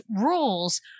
rules